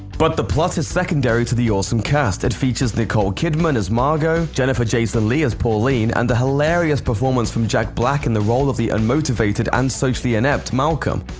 but the plot is secondary to the awesome cast it features nicole kidman as margot, jennifer jason-leigh as pauline, and a hilarious performance from jack black in the role of the unmotivated and socially inept malcolm.